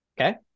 Okay